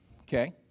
okay